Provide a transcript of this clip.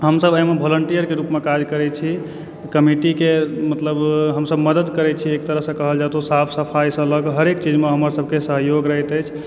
हम सभ एहिमे भोलेन्टियर के रूपमे काज करै छी कमिटीके मतलब हमसभ मदद करै छी एक तरहसँ कहल जाय तऽ साफ सफाइसँ लऽ कऽ हरेक चीजमे सहयोग रहैत अछि